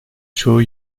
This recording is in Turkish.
çoğu